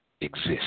exist